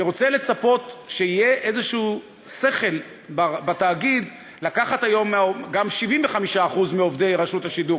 אני רוצה לצפות שיהיה שכל בתאגיד לקחת גם 75% מעובדי רשות השידור,